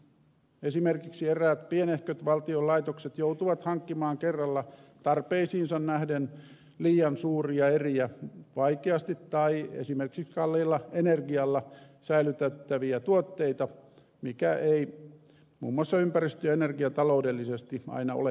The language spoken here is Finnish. esimerkiksi eräät pienehköt valtion laitokset joutuvat hankkimaan kerralla tarpeisiinsa nähden liian suuria eriä vaikeasti tai esimerkiksi kalliilla energialla säilytettäviä tuotteita mikä ei muun muassa ympäristö ja energiataloudellisesti aina ole perusteltua